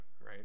right